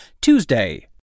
Tuesday